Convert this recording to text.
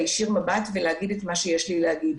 להישיר מבט ולהגיד את מה שיש לי להגיד.